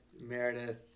Meredith